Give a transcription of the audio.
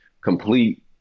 complete